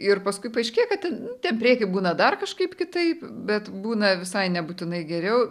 ir paskui paaiškėja kad ten ten prieky būna dar kažkaip kitaip bet būna visai nebūtinai geriau